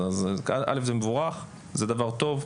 אז זה דבר מבורך וזה דבר טוב.